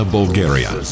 Bulgaria